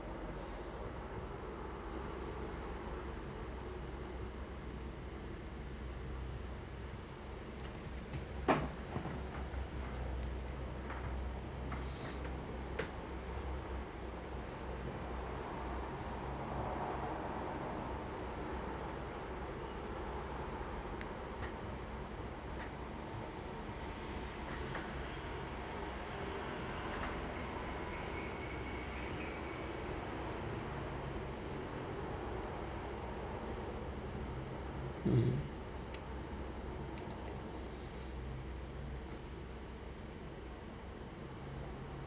mm